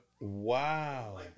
Wow